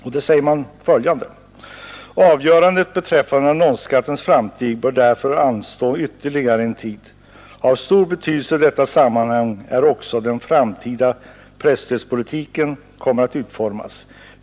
Där säger man följande: ”Avgörandet beträffande annonsskattens framtid bör därför anstå ytterligare en tid. Av stor betydelse i detta sammanhang är också hur den framtida presstödspolitiken kommer att utformas.